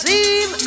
Seem